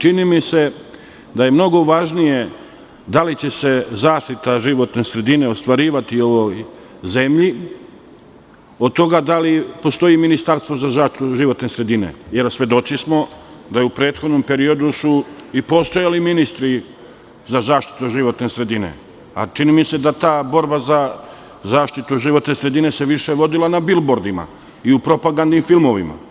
Čini mi se da je mnogo važnije da li će se zaštita životne sredine ostvarivati u ovoj zemlji, od toga da li postoji Ministarstvo za zaštitu životne sredine, jer svedoci smo da su u prethodnom periodu i postojali ministri za zaštitu životne sredine, a čini mi se da ta borba za zaštituživotne sredine se više vodila na bilbordima i u propagandnim filmovima.